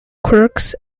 quirks